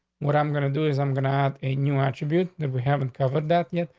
what i'm gonna do is i'm gonna have a new attribute that we haven't covered that yet.